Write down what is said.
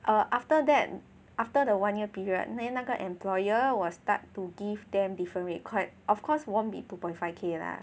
err after that after the one year period then 那个 employer will start to give them different rate of course won't be two point five K lah